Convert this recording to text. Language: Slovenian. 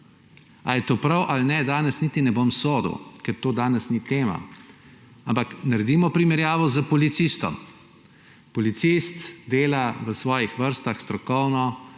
A je to prav ali ne, danes niti ne bom sodil, ker to danes ni tema, ampak naredimo primerjavo s policistom. Policist dela v svojih vrstah strokovno,